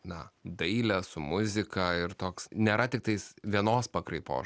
na dailę su muzika ir toks nėra tik tais vienos pakraipos